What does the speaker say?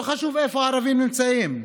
לא חשוב איפה הערבים נמצאים,